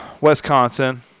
Wisconsin